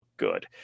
good